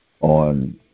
On